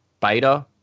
beta